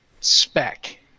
spec